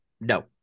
No